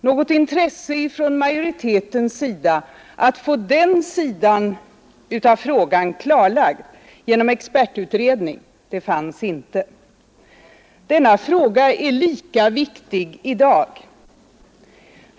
Något intresse att få den sidan av frågan klarlagd genom expertutredning fanns inte hos majoriteten. Denna fråga är lika viktig i dag.